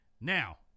now